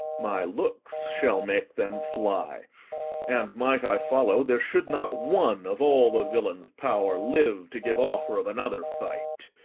my looks shall make them fly and, might i follow, there should not one of all the villain's power live to give offer of another fight.